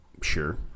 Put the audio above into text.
sure